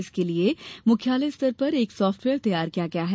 इसके लिए मुख्यालय स्तर पर एक साफ्टवेयर तैयार किया गया है